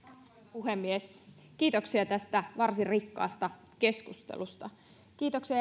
puhemies kiitoksia tästä varsin rikkaasta keskustelusta kiitoksia